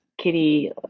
kitty